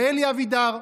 זה אלי אבידר,